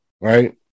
right